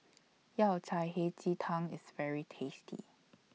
Yao Cai Hei Ji Tang IS very tasty